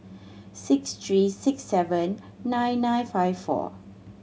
six three six seven nine nine five four